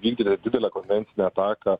vykdyti didelę konvencinę ataką